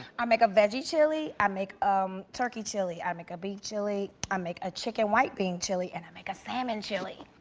i make a veggie chili. i make um turkey chili. i make a beef chili. i make a chicken white bean chili, and i make a salmon chili.